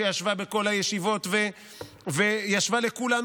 שישבה פה בכל הישיבות וישבה לכולנו,